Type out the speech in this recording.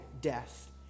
death